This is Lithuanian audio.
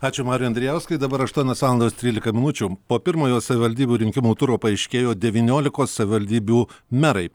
ačiū mariui andrijauskui dabar aštuonios valandos trylika minučių po pirmojo savivaldybių rinkimų turo paaiškėjo devyniolikos savivaldybių merai